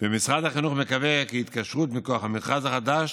ומשרד החינוך מקווה כי התקשרות מכוח המכרז החדש